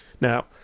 Now